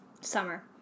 Summer